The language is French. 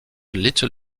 little